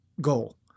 goal